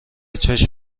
چشم